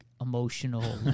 emotional